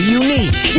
unique